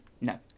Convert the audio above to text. No